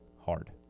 Hard